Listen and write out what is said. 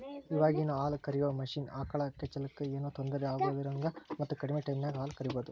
ಇವಾಗಿನ ಹಾಲ ಕರಿಯೋ ಮಷೇನ್ ಆಕಳ ಕೆಚ್ಚಲಕ್ಕ ಏನೋ ತೊಂದರೆ ಆಗದಿರೋಹಂಗ ಮತ್ತ ಕಡಿಮೆ ಟೈಮಿನ್ಯಾಗ ಹಾಲ್ ಕರಿಬಹುದು